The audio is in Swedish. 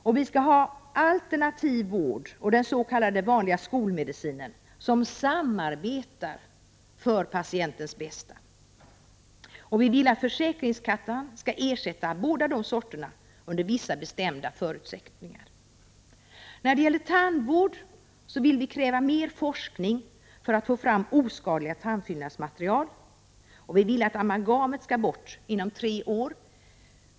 Då skall alternativ vård och den vanliga s.k. skolmedicinen samarbeta för patientens bästa. Försäkringskassan skall ersätta båda sorterna under vissa bestämda förutsättningar. När det gäller tandvård skall vi kräva mer forskning för att få fram oskadliga tandfyllnadsmaterial. Amalgamet bör bort inom tre år.